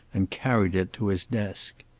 and carried it to his desk.